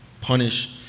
punish